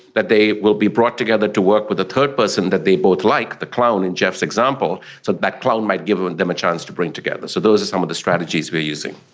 that they will be brought together to work with a third person that they both like, the clown in jeff's example, so that clown might give them them a chance to bring them together. so those are some of the strategies we are using.